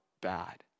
bad